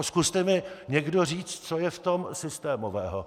Zkuste mi někdo říct, co je v tom systémového.